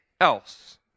else